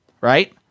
right